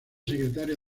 secretaria